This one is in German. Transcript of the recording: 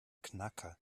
knacker